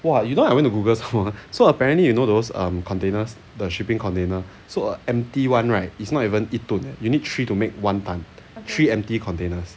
!wah! you know I went to google's so apparently you know those err containers the shipping container so a empty one right it's not even 一吨 you need three to make one tonne three empty containers